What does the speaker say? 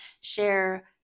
share